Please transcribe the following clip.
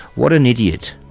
what an idiot.